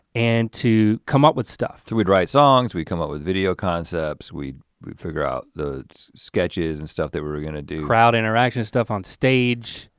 and to come up with stuff. we would write songs. we come up with video concepts, we figure out the sketches and stuff that we're gonna do. crowd interaction stuff on stage.